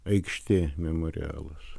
aikštė memorialas